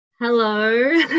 Hello